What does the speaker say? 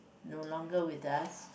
no longer with us